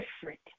different